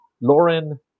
Lauren